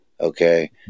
Okay